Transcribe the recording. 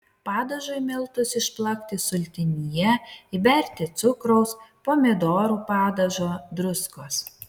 padažui miltus išplakti sultinyje įberti cukraus pomidorų padažo druskos